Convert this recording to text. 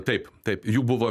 taip taip jų buvo